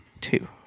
two